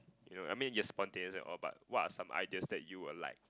you know I mean you're spontaneous and all but what are some ideas that you would like